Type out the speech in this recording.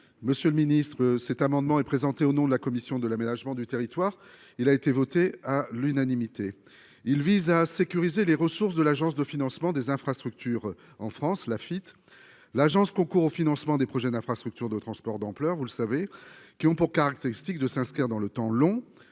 Monsieur le Ministre, cet amendement est présenté au nom de la commission de l'aménagement du territoire, il a été voté à l'unanimité, il vise à sécuriser les ressources de l'Agence de financement des infrastructures en France la fuite l'Agence concourent au financement des projets d'infrastructures de transport, d'ampleur, vous le savez, qui ont pour caractéristique de s'inscrire dans le temps long,